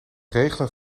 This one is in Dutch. regelen